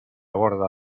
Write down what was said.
borda